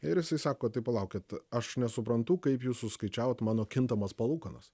ir jisai sako tai palaukit aš nesuprantu kaip jūs suskaičiavot mano kintamas palūkanas